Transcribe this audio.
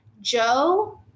Joe